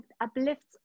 uplifts